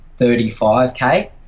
35K